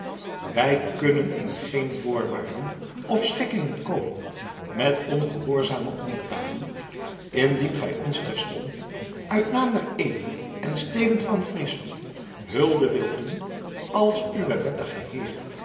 wij kunnen in geen voorwaarden of schikkingen komen met ongehoorzame onderdanen indien gij ons terstond uit naam der edelen en steden van friesland hulde wilt doen als uwen wettigen heer